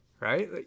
Right